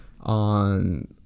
on